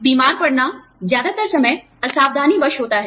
बीमार पड़ना ज्यादातर समय असावधानीवश होता है